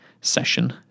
session